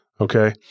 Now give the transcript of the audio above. Okay